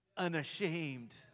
unashamed